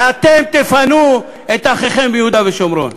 ואתם תפנו את אחיכם ביהודה ושומרון.